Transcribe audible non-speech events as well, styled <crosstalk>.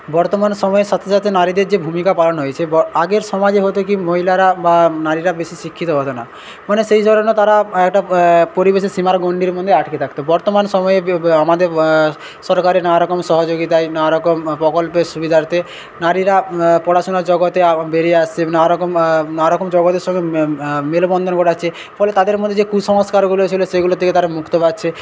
বর্তমান সময়ের সাথে সাথে নারীদের যে ভুমিকা পালন হয়েছে বা আগের সমাজে হতো কি মহিলারা বা নারীরা বেশি শিক্ষিত হতো না মানে সেই <unintelligible> তারা একটা পরিবেশের সীমার গন্ডির মধ্যে আটকে থাকতো বর্তমান সময়ে আমাদের সরকারের নানারকম সহযোগীতায় নানারকম প্রকল্পের সুবিধার্থে নারীরা পড়াশোনার জগতে বেরিয়ে আসছে নানারকম নানারকম জগতের সঙ্গে মেলবন্ধন ঘটাচ্ছে ফলে তাদের মধ্যে যে কুসংস্কারগুলো ছিলো সেগুলোর থেকে তারা মুক্ত পাচ্ছে